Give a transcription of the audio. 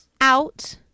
out